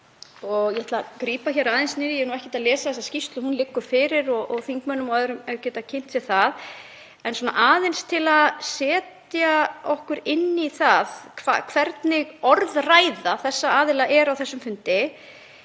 Ég ætla að grípa aðeins niður — ég er ekkert að lesa þessa skýrslu, hún liggur fyrir og þingmenn og aðrir geta kynnt sér hana. En svona aðeins til að setja okkur inn í það hvernig orðræða þessara aðila var á þessum fundi